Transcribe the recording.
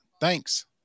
Thanks